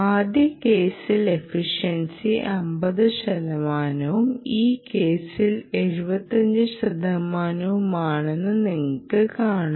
ആദ്യ കേസിൽ എഫിഷൻസി 50 ശതമാനവും ഈ കേസിൽ 75 ശതമാനവുമാണെന്ന് നിങ്ങൾക്ക് കാണാം